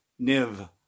Niv